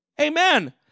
Amen